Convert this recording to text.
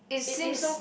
it is